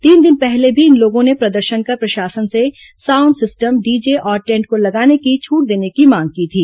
तीन दिन पहले भी इन लोगों ने प्रदर्शन कर प्रशासन से साउंड सिस्टम डीजे और टेन्ट को लगाने की छूट देने की मांग की थी